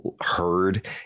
heard